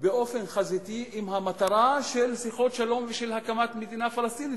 באופן חזיתי עם המטרה של שיחות שלום ושל הקמת מדינה פלסטינית,